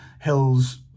Hills